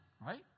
right